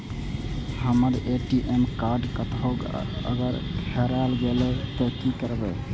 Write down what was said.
हमर ATM card कतहो अगर हेराय गले ते की करबे?